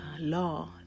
law